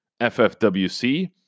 FFWC